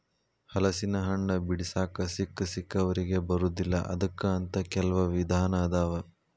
ಹಲಸಿನಹಣ್ಣ ಬಿಡಿಸಾಕ ಸಿಕ್ಕಸಿಕ್ಕವರಿಗೆ ಬರುದಿಲ್ಲಾ ಅದಕ್ಕ ಅಂತ ಕೆಲ್ವ ವಿಧಾನ ಅದಾವ